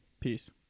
Peace